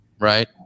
right